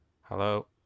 Hello